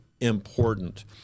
important